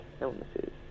illnesses